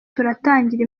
turatangira